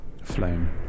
Flame